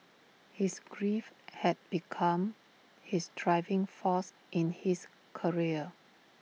his grief had become his driving force in his career